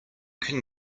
can